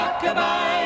Goodbye